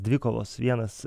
dvikovos vienas